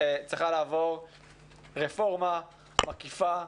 צריכה לעבור רפורמה מקיפה.